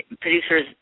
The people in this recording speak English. producers